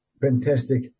Fantastic